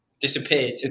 Disappeared